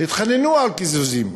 התחננו לקיזוזים,